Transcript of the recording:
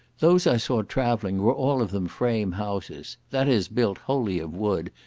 those i saw travelling were all of them frame-houses, that is, built wholly of wood,